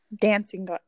dancing